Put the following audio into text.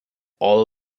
all